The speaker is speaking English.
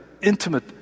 intimate